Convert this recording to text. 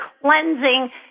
cleansing